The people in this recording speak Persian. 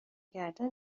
گردن